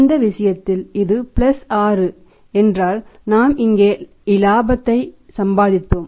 இந்த விஷயத்தில் இது பிளஸ் 6 என்றால் நாம் இங்கே இலாபத்தை சம்பாதித்தோம்